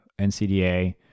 NCDA